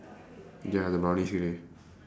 ya the brownish grey